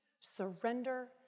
surrender